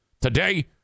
Today